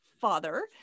father